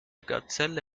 gazelle